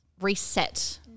reset